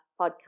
podcast